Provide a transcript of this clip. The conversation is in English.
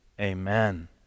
Amen